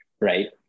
Right